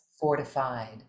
fortified